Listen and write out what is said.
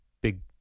big